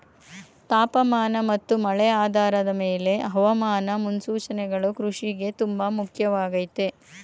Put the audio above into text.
ತಾಪಮಾನ ಮತ್ತು ಮಳೆ ಆಧಾರದ್ ಮೇಲೆ ಹವಾಮಾನ ಮುನ್ಸೂಚನೆಗಳು ಕೃಷಿಗೆ ತುಂಬ ಮುಖ್ಯವಾಗಯ್ತೆ